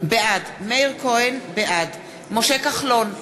בעד משה כחלון,